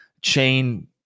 chain